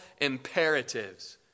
imperatives